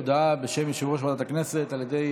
הודעה